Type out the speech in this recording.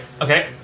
Okay